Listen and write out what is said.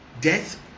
Death